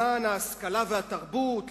למען ההשכלה והתרבות?